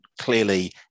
clearly